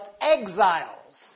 exiles